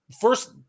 first